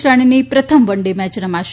શ્રેણીની પ્રથમ one day match રમાશે